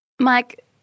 Mike